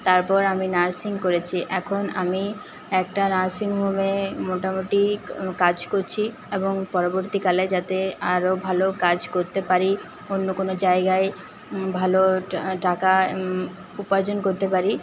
তারপর আমি নার্সিং করেছি এখন আমি একটা নার্সিংহোমে মোটামোটি কাজ করছি এবং পরবর্তীকালে যাতে আরও ভালো কাজ করতে পারি অন্য কোনও জায়গায় ভালো টাকা উপার্জন করতে পারি